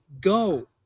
go